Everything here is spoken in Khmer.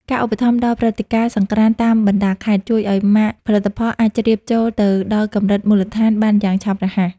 ការឧបត្ថម្ភដល់ព្រឹត្តិការណ៍សង្ក្រាន្តតាមបណ្តាខេត្ត ជួយឱ្យម៉ាកផលិតផលអាចជ្រាបចូលទៅដល់កម្រិតមូលដ្ឋានបានយ៉ាងឆាប់រហ័ស។